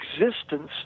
existence